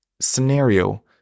scenario